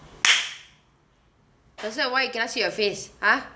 that's why I cannot see your face !huh!